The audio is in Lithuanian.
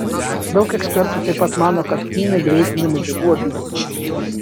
daug ekspertų taip pat mano kad kmynai greitina medžiagų apykaitą